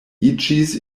iĝis